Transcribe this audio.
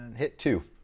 hit two.